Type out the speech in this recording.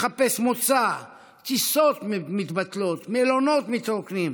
מחפש מוצא, טיסות מתבטלות, מלונות מתרוקנים,